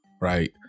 right